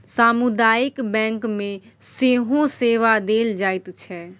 सामुदायिक बैंक मे सेहो सेवा देल जाइत छै